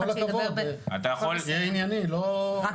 תהייה ענייני, לא.